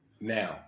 Now